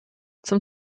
zum